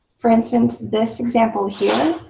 for instance, this example here